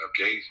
Okay